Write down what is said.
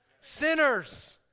Sinners